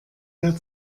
der